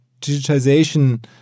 digitization